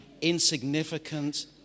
insignificant